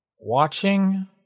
watching